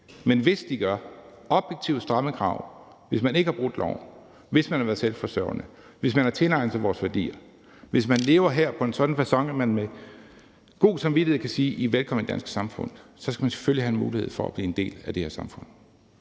lever op til objektive, stramme krav, og hvis de ikke har brudt loven, hvis de har været selvforsørgende, hvis de har tilegnet sig vores værdier, og hvis de lever her på en sådan facon, at vi med god samvittighed kan sige til dem, at de er velkomne i det danske samfund, så skal de selvfølgelig have en mulighed for at blive en del af det her samfund.